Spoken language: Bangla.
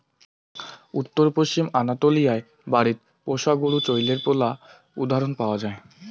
উত্তর পশ্চিম আনাতোলিয়ায় বাড়িত পোষা গরু চইলের পৈলা উদাহরণ পাওয়া যায়